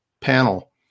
panel